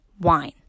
wine